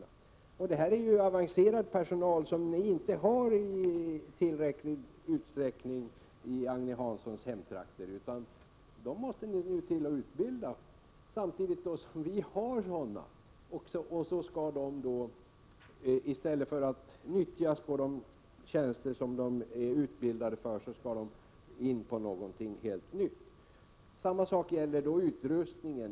Det är ju fråga om avancerat utbildade personer, som inte finns i tillräcklig utsträckning i Agne Hanssons hemtrakter, utan man måste där utbilda denna typ av personer. I Gävle finns dessa personer redan. Men i stället för att nyttja dem på de tjänster som de är utbildade för skall de föras över till något nytt. Samma sak gäller utrustningen.